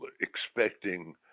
expecting